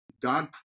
God